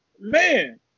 man